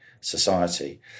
society